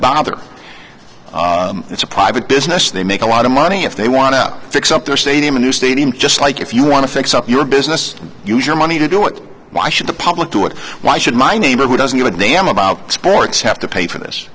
bother it's a private business they make a lot of money if they want to fix up their stadium a new stadium just like if you want to fix up your business you sure money to do it why should the public do it why should my neighbor who doesn't give a damn about sports have to pay for this